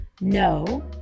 No